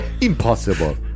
Impossible